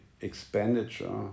expenditure